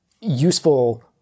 useful